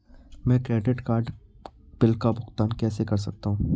मैं credit card bill का भुगतान कैसे कर सकता हूं?